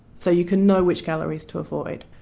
so you can know which galleries to avoid.